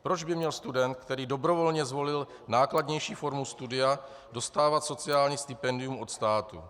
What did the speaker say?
Proč by měl student, který dobrovolně zvolil nákladnější formu studia, dostávat sociální stipendium od státu?